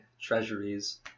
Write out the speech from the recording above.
treasuries